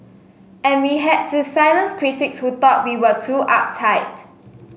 and we had to silence critics who thought we were too uptight